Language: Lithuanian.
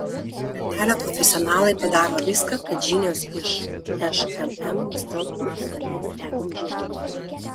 skvernelio profesionalai padaro viską kad žinios iš šmm nustelbtų ir kalėdų eglių įžiebimą